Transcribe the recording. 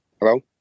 Hello